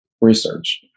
research